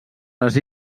les